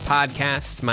Podcast